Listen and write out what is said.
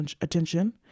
attention